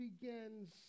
begins